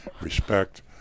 respect